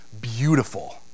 beautiful